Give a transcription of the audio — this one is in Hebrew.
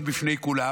בפני כולם.